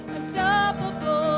Unstoppable